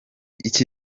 iki